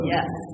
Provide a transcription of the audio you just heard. Yes